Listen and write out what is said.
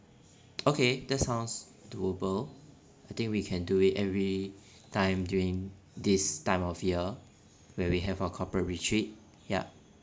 okay the sounds do able I think we can do it every time during this time of year where we have our corporate retreat yup